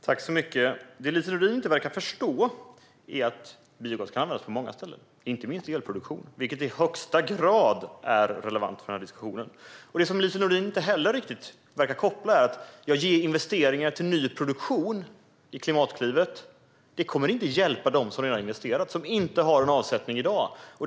Fru talman! Lise Nordin verkar inte förstå att biogas kan användas på många ställen, inte minst i elproduktion, vilket i högsta grad är relevant för den här diskussionen. Något som Lise Nordin inte heller riktigt verkar koppla är att investeringar i nyproduktion genom Klimatklivet inte kommer att hjälpa dem som redan har investerat men i dag inte har avsättning.